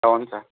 हुन्छ